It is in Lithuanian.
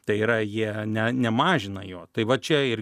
tai yra jie ne nemažina jo tai va čia ir